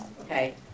Okay